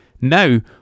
Now